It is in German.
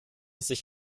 sich